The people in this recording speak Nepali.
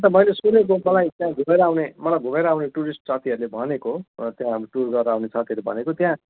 अन्त मैले सुनेको मलाई त्यहाँ घुमेर आउने मलाई घुमेर आउने टुरिस्ट साथीहरूले भनेको त्यहाँ टुर गएर आउने साथीहरूले भनेको त्यहाँ